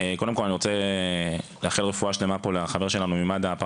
אני רוצה קודם כול לאחל מכאן רפואה שלמה לחברנו ממד"א שעבר תאונה,